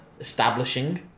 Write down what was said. establishing